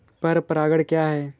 पर परागण क्या है?